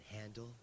handle